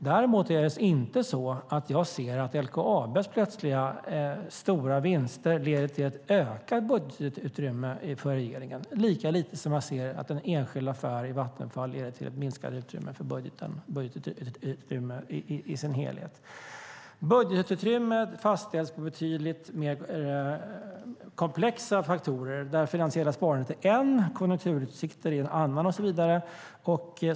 Däremot ser jag inte att LKAB:s plötsliga stora vinster leder till ett ökat budgetutrymme för regeringen, lika lite som jag ser att en enskild affär i Vattenfall leder till ett minskat utrymme för budgeten i dess helhet. Budgetutrymmet fastställs utifrån betydligt mer komplexa faktorer där det finansiella sparandet är en faktor, konjunkturutsikter är en annan och så vidare.